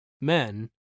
Men